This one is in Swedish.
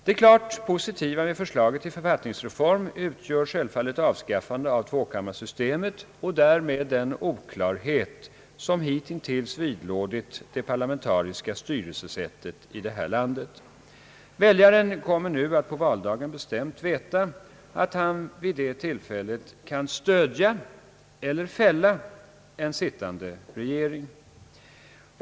Det klart positiva med förslaget till författningsreform utgör självfallet avskaffandet av tvåkammarsystemet och därmed den oklarhet som hittills vid lådit det parlamentariska styrelsesättet här i landet. Väljaren kommer nu att på valdagen bestämt veta, att han vid detta tillfälle kan stödja eller fälla den sittande regeringen.